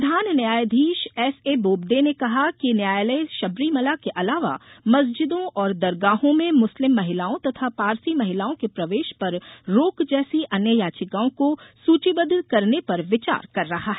प्रधान न्यायाधीश S A Bobde ने कहा कि न्यायालय शबरीमला के अलावा मस्जिदों और दरगाहों में मुस्लिम महिलाओं तथा पारसी महिलाओं के प्रवेश पर रोक जैसी अन्य याचिकाओं को सूचीबद्ध करने पर विचार कर रहा है